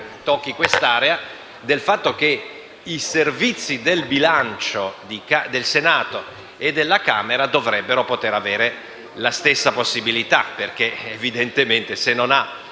che si occupi di quest'area, relativo al fatto che i Servizi del bilancio del Senato e della Camera dovrebbero poter avere la stessa possibilità. È evidente che, se non ha